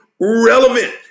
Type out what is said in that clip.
relevant